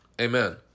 Amen